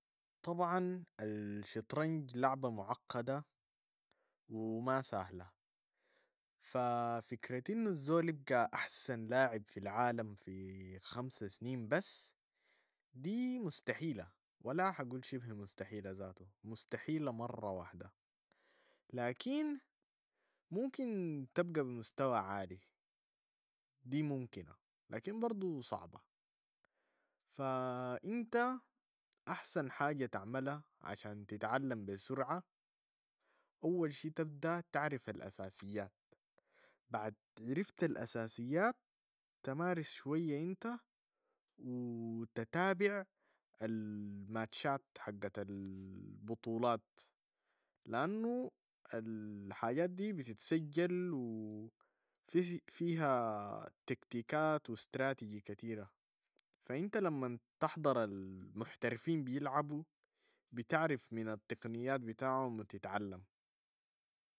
طبعا الشطرنج لعبة معقدة و ما سهلة، ف- فكرة انو الزول بقى احسن لاعب في العالم في خمس سنين بس دي مستحيلة ولا حقول شبه مستحيلة ذاتو مستحيلة مرة واحدة، لكن ممكن تبقى بمستوى عالي، دي ممكنة لكن برضو صعبة، ف- انت احسن حاجة تعملها عشان تتعلم بسرعة اول شي تبدا تعرف الاساسيات، بعد عرفت الاساسيات تمارس شوية انت و- تتابع ال- ماتشات حقت ال- بطولات، لانو ال- حاجات دي بتتسجل و في- في- فيها تكتيكات و strategy كتيرة، فانت لما تحضر المحترفين بيلعبوا بتعرف من التقنيات بتاعهم وت تعلم.